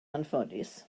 anffodus